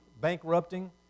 bankrupting